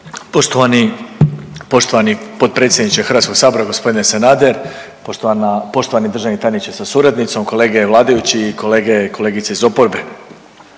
poštovani potpredsjedniče Hrvatskog sabora gospodine Sanader, poštovana, poštovani državni tajniče sa suradnicom, kolege vladajući i kolege i kolegice iz oporbe,